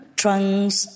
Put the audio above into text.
trunks